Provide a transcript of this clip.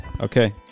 Okay